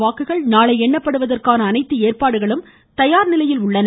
வாக்குகள் நாளை எண்ணப்படுவதற்கான அனைத்து ஏற்பாடுகளும் தயார் நிலையில் உள்ளன